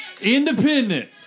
Independent